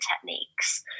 techniques